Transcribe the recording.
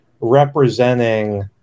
representing